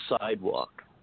sidewalk